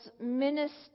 minister